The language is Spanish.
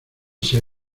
ser